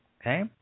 Okay